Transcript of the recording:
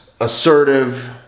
assertive